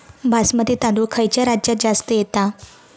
बासमती तांदूळ खयच्या राज्यात जास्त येता?